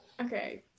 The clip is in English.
Okay